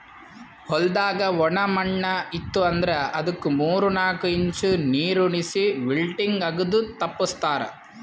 ಹೊಲ್ದಾಗ ಒಣ ಮಣ್ಣ ಇತ್ತು ಅಂದ್ರ ಅದುಕ್ ಮೂರ್ ನಾಕು ಇಂಚ್ ನೀರುಣಿಸಿ ವಿಲ್ಟಿಂಗ್ ಆಗದು ತಪ್ಪಸ್ತಾರ್